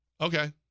Okay